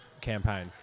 campaign